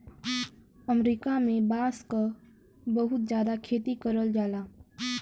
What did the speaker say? अमरीका में बांस क बहुत जादा खेती करल जाला